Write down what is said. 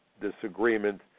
disagreement